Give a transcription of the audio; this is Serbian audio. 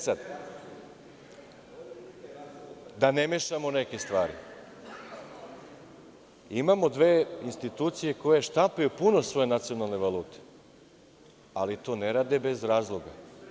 Sada, da ne mešamo neke stvari, imamo dve institucije koje štampaju puno svoje nacionalne valute, ali to ne rade bez razloga.